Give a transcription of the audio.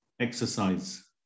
exercise